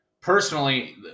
personally